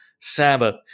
Sabbath